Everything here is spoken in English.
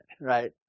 right